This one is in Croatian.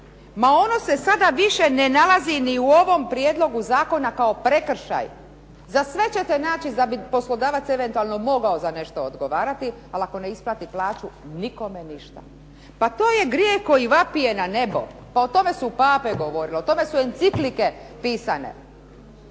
Ma ono se sada više ne nalazi ni u ovom prijedlogu zakona kao prekršaj. Za sve ćete naći da bi poslodavac eventualno mogao za nešto odgovarati, ali ako ne isplati plaću nikome ništa. Pa to je grijeh koji vapije na nebo. Pa o tome su pape govorili. O tome su enciklike pisane.